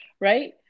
right